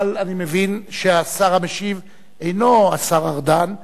אבל אני מבין שהשר המשיב אינו השר ארדן,